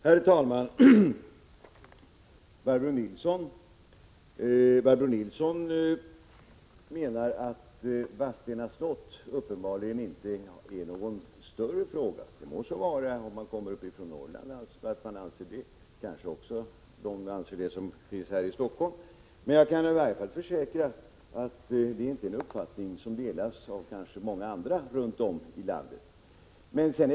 Herr talman! Barbro Nilsson i Örnsköldsvik menar att återuppförande av vallarna vid Vadstena slott uppenbarligen inte är någon större fråga. Det må så vara. Om man kommer från Norrland får man anse det. Kanske tycker också de som bor här i Stockholm så. Men jag kan i varje fall försäkra att det inte är en uppfattning som delas av så många andra runt om i landet.